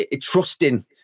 trusting